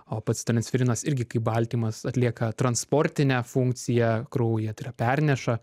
o pats transferinas irgi kaip baltymas atlieka transportinę funkciją kraujyje tai yra perneša